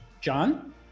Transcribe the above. John